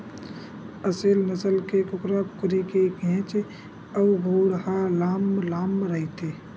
असेल नसल के कुकरा कुकरी के घेंच अउ गोड़ ह लांम लांम रहिथे